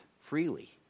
freely